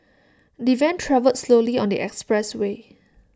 the van travelled slowly on the expressway